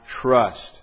trust